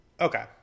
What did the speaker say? Okay